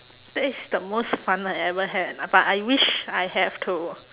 that is the the most fun I ever had ah but I wish I have to